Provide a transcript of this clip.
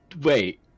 Wait